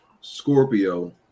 Scorpio